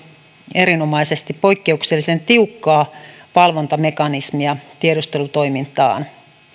erinomaisesti poikkeuksellisen tiukkaa valvontamekanismia tiedustelutoimintaan